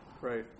right